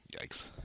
Yikes